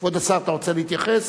כבוד השר, אתה רוצה להתייחס?